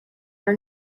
her